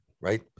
Right